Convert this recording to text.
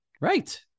Right